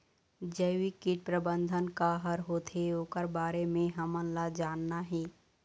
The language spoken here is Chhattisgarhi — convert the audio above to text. जैविक कीट प्रबंधन का हर होथे ओकर बारे मे हमन ला जानना हे?